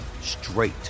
straight